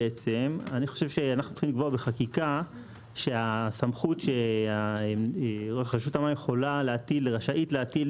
אנו צריכים לקבוע בחקיקה שהסמכות שרשות המים רשאית להטיל